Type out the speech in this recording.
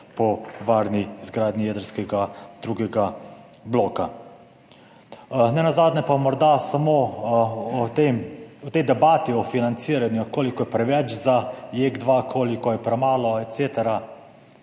po varni izgradnji jedrskega drugega bloka. Nenazadnje pa morda samo o tej debati o financiranju, koliko je preveč za JEK2, koliko je premalo et